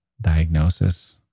diagnosis